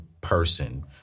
person